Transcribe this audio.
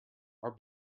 our